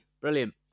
Brilliant